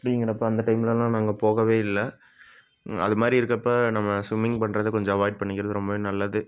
அப்படிங்கிறப்ப அந்த டைம்லெல்லாம் நாங்கள் போகவே இல்லை அது மாதிரி இருக்கப்போ நம்ம ஸ்விம்மிங் பண்றத கொஞ்சம் அவாய்ட் பண்ணிக்கிறது ரொம்பவே நல்லது